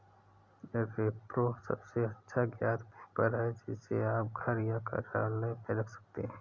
repro सबसे अच्छा ज्ञात पेपर है, जिसे आप घर या कार्यालय में रख सकते हैं